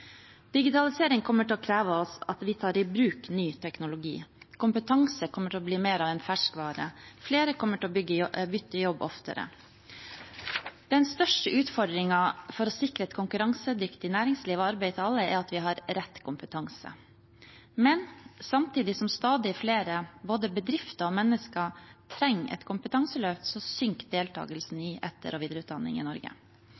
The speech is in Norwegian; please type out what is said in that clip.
Digitalisering kommer til å kreve av oss at vi tar i bruk nye teknologi. Kompetanse kommer til å bli mer av en ferskvare, og flere kommer til å bytte jobb oftere. Den største utfordringen for å sikre et konkurransedyktig næringsliv og arbeid til alle er at vi har rett kompetanse. Men samtidig som stadig flere, både bedrifter og mennesker, trenger et kompetanseløft, synker deltakelsen i etter- og videreutdanning i Norge.